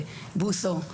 חברי חבר הכנסת אוריאל בוסו,